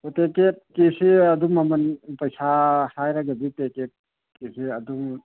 ꯇꯤꯛꯀꯦꯠꯀꯤꯁꯤ ꯑꯗꯨꯝ ꯃꯃꯜ ꯄꯩꯁꯥ ꯍꯥꯏꯔꯒꯗꯤ ꯇꯤꯛꯀꯦꯠꯀꯤꯁꯦ ꯑꯗꯨ